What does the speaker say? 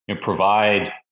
provide